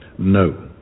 No